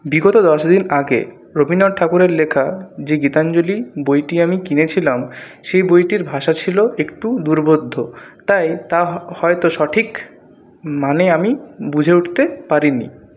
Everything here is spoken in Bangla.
বিগত দশদিন আগে রবীন্দ্রনাথ ঠাকুরের লেখা যে গীতাঞ্জলি বইটি আমি কিনেছিলাম সেই বইটির ভাষা ছিল একটু দুর্বোধ্য তাই তার হয়তো সঠিক মানে আমি বুঝে উঠতে পারিনি